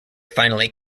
finally